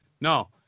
no